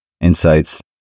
insights